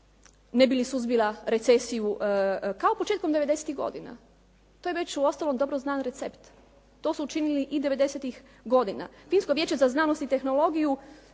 ne bi li suzbila recesiju kao početkom devedesetih godina. To je već uostalom dobro znan recept. To su učinili i devedesetih godina. Finsko vijeće za znanost i tehnologiju